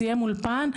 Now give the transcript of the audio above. סיים אולפן,